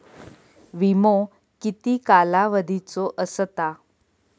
विमो किती कालावधीचो असता?